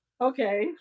Okay